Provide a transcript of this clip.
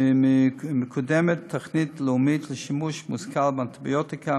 מקודמת תוכנית לאומית לשימוש מושכל באנטיביוטיקה,